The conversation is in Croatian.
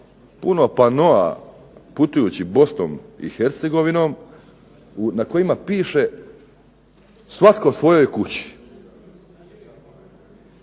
puno panoa putujući Bosnom i Hercegovinom, na kojima piše "svatko svojoj kući".